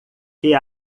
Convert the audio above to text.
que